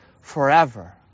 forever